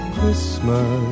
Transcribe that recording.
Christmas